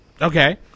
Okay